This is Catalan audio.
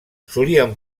solien